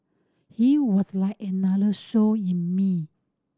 he was like another soul in me